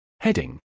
Heading